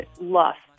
lust